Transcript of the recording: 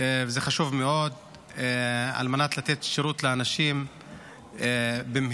כדי לתת שירות לאנשים במהרה.